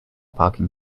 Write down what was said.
parking